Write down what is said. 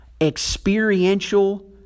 experiential